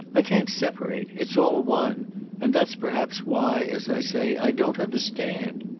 i can't separate it's all one and that's perhaps why, as i say, i don't understand.